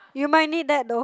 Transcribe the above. you might need that though